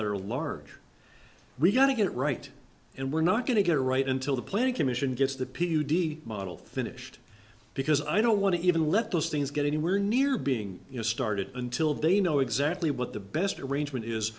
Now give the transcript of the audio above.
that are large we got to get it right and we're not going to get it right until the planning commission gets the p u d model finished because i don't want to even let those things get anywhere near being in a started until they know exactly what the best arrangement is